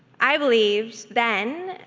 i believed then,